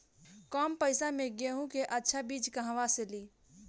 कम पैसा में गेहूं के अच्छा बिज कहवा से ली?